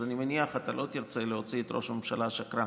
אז אני מניח שאתה לא תרצה להוציא את ראש הממשלה שקרן,